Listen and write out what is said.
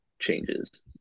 changes